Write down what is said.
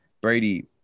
Brady